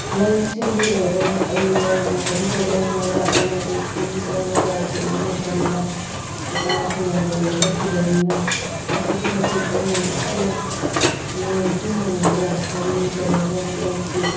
ꯂꯧꯁꯤꯡꯒꯤ ꯑꯣꯏꯔꯣ ꯑꯩ ꯂꯧ ꯃꯇꯝꯗꯨꯗ ꯂꯧ ꯂꯧꯔꯥꯛ ꯑꯃ ꯎꯈꯤ ꯂꯧ ꯂꯧꯔꯥꯛꯇꯣ ꯎꯕ ꯃꯇꯝꯗ ꯅꯨꯄꯥꯁꯨ ꯂꯪꯕꯩꯗ ꯆꯠꯈꯤꯕꯅꯤꯅ ꯑꯁꯨꯛꯀꯤ ꯃꯇꯤꯛ ꯑꯩꯅ ꯋꯥꯅ ꯅꯣꯡꯁꯨ ꯃꯪꯗꯅ ꯈꯥꯎꯌꯩ ꯇꯧꯔꯒ ꯂꯩꯁꯦ